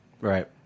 Right